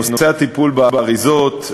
נושא הטיפול באריזות,